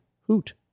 hoot